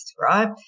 right